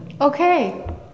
Okay